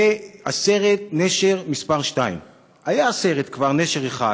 זה הסרט "נשר 2". כבר היה סרט "נשר 1"